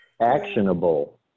Actionable